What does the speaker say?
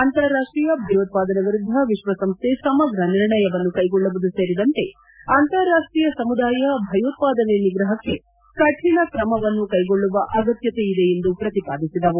ಅಂತಾರಾಷ್ಟೀಯ ಭಯೋತ್ಪಾದನೆ ವಿರುದ್ದ ವಿಶ್ವಸಂಸ್ಥೆ ಸಮಗ್ರ ನಿರ್ಣಯವನ್ನು ಕೈಗೊಳ್ಳುವುದು ಸೇರಿದಂತೆ ಅಂತಾರಾಷ್ತೀಯ ಸಮುದಾಯ ಭಯೋತ್ವಾದನೆ ನಿಗ್ರಹಕ್ಕೆ ಕಠಿಣ ಕ್ರಮವನ್ನು ಕೈಗೊಳ್ಳುವ ಅಗತ್ಯತೆ ಇದೆ ಎಂದು ಪ್ರತಿಪಾದಿಸಿದವು